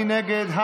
מי נגד?